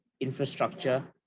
infrastructure